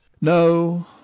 No